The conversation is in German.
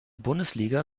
bundesliga